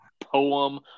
poem